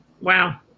Wow